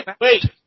wait